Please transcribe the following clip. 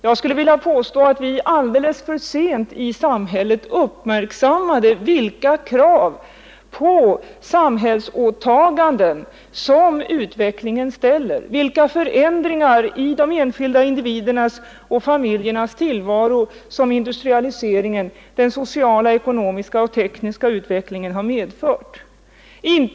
Jag vill påstå att vi alldeles för sent har uppmärksammat vilka krav på samhällsåtaganden utvecklingen ställer, vilka förändringar i de enskilda individernas och familjernas tillvaro som industrialiseringen samt den sociala, ekonomiska och tekniska utvecklingen har medfört och som ställer krav på solidariska insatser.